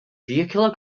vehicular